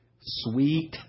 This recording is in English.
Sweet